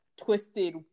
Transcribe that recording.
twisted